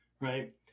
right